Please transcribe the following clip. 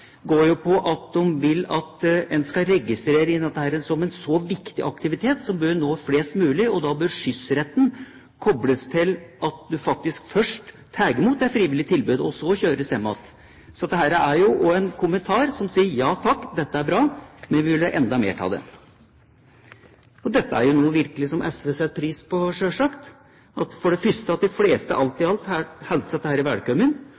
går jo på at man vil at dette skal registreres som en så viktig aktivitet som bør nå flest mulig, og da bør skyssretten kobles til at man faktisk først tar imot det frivillige tilbudet, og så kjøres hjem. Så dette er jo også en kommentar som sier: Ja, takk, dette er bra, men vi vil ha enda mer av det. Dette er jo noe som SV virkelig setter pris på, selvsagt – for det første at de fleste, alt i alt, hilser dette velkommen,